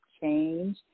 change